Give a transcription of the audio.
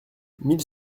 mille